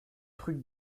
truc